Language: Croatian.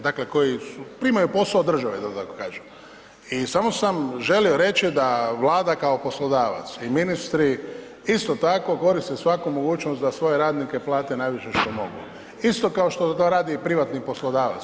Dakle koji primaju posao od države, da tako kažem i samo sam želio reći da Vlada kao poslodavac i ministri isto tako, gore se svakom mogućnost da svoje radnike plate najviše što mogu, isto kao što to radi privatni poslodavac.